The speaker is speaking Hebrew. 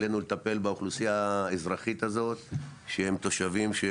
עלינו לטפל באוכלוסייה האזרחית הזאת שהם תושבים של